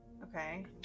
Okay